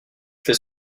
fait